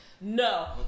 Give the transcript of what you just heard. No